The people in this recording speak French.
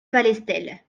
palestel